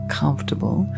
comfortable